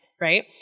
right